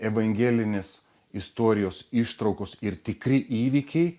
evangelinis istorijos ištraukos ir tikri įvykiai